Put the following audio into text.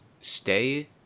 stay